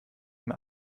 mehr